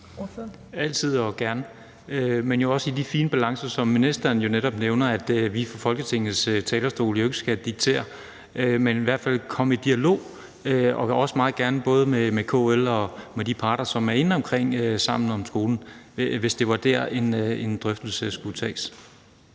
Altid og gerne, men jo også i de fine balancer, som ministeren netop nævner, altså at vi fra Folketingets talerstol ikke skal diktere, men i hvert fald komme i dialog, og det vil jeg også meget gerne både med KL og med de parter, som er inde omkring »Sammen om skolen«, hvis det var der, en drøftelse skulle tages.